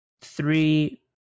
three